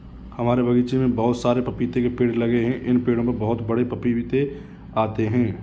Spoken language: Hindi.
हमारे बगीचे में बहुत सारे पपीते के पेड़ लगे हैं इन पेड़ों पर बहुत बड़े बड़े पपीते लगते हैं